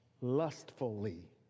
Lustfully